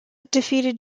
defeated